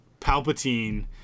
Palpatine